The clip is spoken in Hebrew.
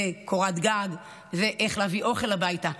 זה קורת גג, זה איך להביא אוכל הביתה.